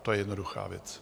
To je jednoduchá věc.